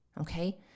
Okay